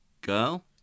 Girl